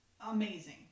Amazing